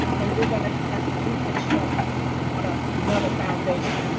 and we're going to have to reconstruct on ah another foundation.